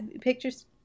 pictures